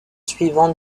suivant